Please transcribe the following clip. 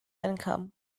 income